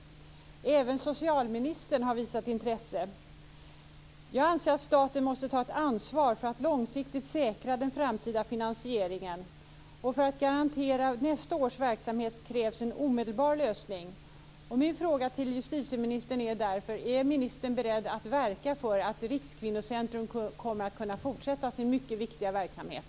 Även socialministern har visat intresse. Jag anser att staten måste ta ett ansvar för att långsiktigt säkra den framtida finansieringen. För att garantera nästa års verksamhet krävs en omedelbar lösning. Min fråga till justitieministern är: Är ministern beredd att verka för att Rikskvinnocentrum kommer att kunna fortsätta sin mycket viktiga verksamhet?